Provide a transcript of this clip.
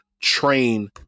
train